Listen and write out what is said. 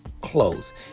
close